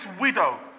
widow